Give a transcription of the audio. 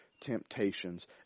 temptations